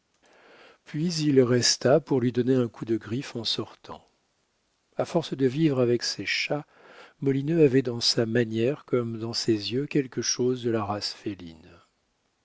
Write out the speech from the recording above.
puis il resta pour lui donner un coup de griffe en sortant a force de vivre avec ses chats molineux avait dans sa manière comme dans ses yeux quelque chose de la race